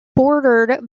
bordered